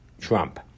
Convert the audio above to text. Trump